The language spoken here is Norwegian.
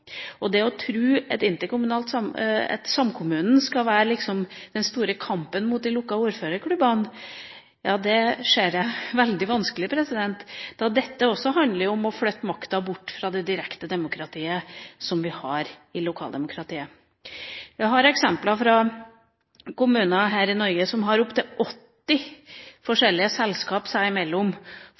Det å tro at samkommunen liksom skal ta den store kampen mot de lukkede ordførerklubbene, ser jeg er veldig vanskelig, da dette også handler om å flytte makten bort fra det direkte demokratiet, som vi har i et lokaldemokrati. Jeg har eksempler fra kommuner her i Norge som har opptil 80 forskjellige selskaper seg imellom